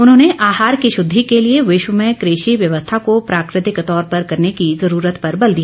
उन्होंने आहार की शुद्धि के लिए विश्व में कृषि व्यवस्था को प्राकृतिक तौर पर करने की ज़रूरत पर बल दिया